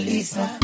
Lisa